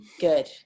good